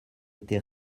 été